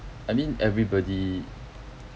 I mean everybody